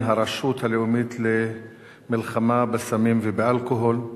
הרשות הלאומית למלחמה בסמים ובאלכוהול.